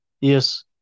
yes